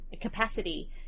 capacity